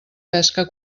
pesca